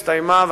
הסתיימה.